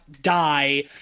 die